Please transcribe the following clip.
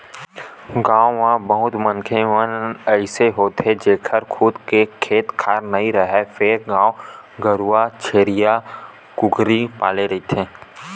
गाँव म बहुत मनखे मन अइसे होथे जेखर खुद के खेत खार नइ राहय फेर गाय गरूवा छेरीया, कुकरी पाले रहिथे